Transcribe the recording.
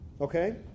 Okay